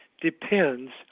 depends